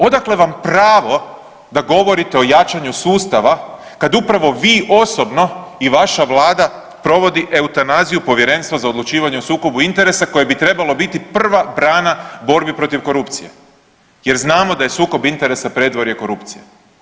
Odakle vam pravo da govorite o jačanju sustava kad upravo vi osobno i vaša Vlada provodi eutanaziju Povjerenstva za odlučivanje o sukobu interesa koje bi trebalo biti prva brana u borbi protiv korupcije jer znamo da je sukob interesa predvorje korupcije.